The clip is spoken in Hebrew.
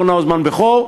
אורנה האוזמן-בכור,